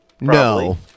No